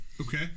Okay